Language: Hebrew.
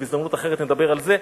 ובהזדמנות אחרת נדבר על זה.